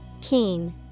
Keen